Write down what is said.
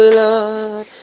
lord